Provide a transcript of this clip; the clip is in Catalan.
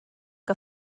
que